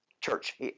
church